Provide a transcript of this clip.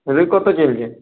রুই কত চলছে